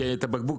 כי את הבקבוק,